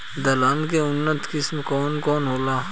दलहन के उन्नत किस्म कौन कौनहोला?